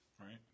Right